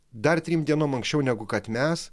dar trim dienom anksčiau negu kad mes